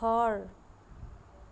ঘৰ